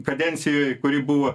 kadencijoj kuri buvo